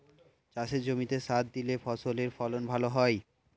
চাষের জমিতে সার দিলে ফসলের ফলন ভালো হয়